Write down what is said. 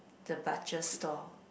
the butcher store